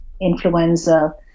influenza